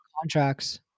contracts